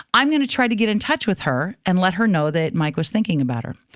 i'm going to try to get in touch with her and let her know that mike was thinking about her.